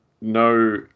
no